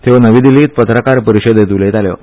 त्यो आयाज नवी दिल्लीत पत्रकार परीषदेत उलयताल्यो